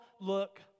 look